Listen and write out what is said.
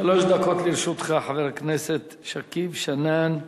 שלוש דקות לרשותך, חבר הכנסת שכיב שנאן.